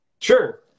sure